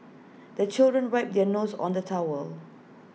the children wipe their noses on the towel